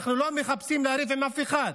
אנחנו לא מחפשים לריב עם אף אחד.